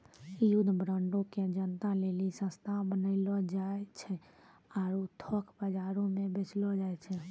युद्ध बांडो के जनता लेली सस्ता बनैलो जाय छै आरु थोक बजारो मे बेचलो जाय छै